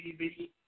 TV